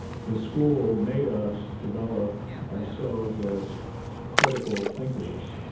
the school made us develop ourselves as critical thinkers,